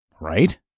right